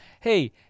Hey